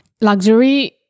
luxury